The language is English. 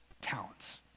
Talents